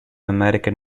american